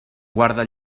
guarda